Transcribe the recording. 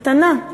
קטנה,